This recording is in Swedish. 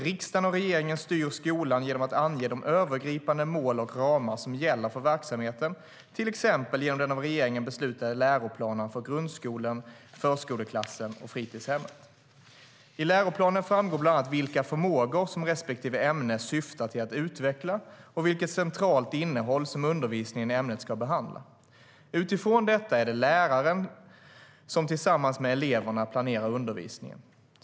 Riksdagen och regeringen styr skolan genom att ange de övergripande mål och ramar som gäller för verksamheten, till exempel genom den av regeringen beslutade läroplanen för grundskolan, förskoleklassen och fritidshemmet.I läroplanen framgår bland annat vilka förmågor som respektive ämne syftar till att utveckla och vilket centralt innehåll som undervisningen i ämnet ska behandla. Utifrån detta är det läraren som tillsammans med eleverna planerar undervisningen.